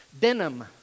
Denim